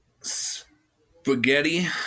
spaghetti